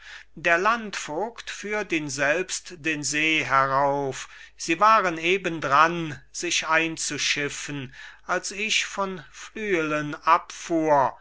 der landvogt führt ihn selbst den see herauf sie waren eben dran sich einzuschiffen als ich von flüelen abfuhr